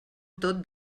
tot